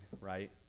right